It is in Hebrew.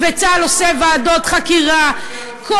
וצה"ל עושה ועדות חקירה כל